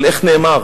אבל איך נאמר?